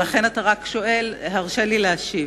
ולכן אתה רק שואל, הרשה לי להשיב.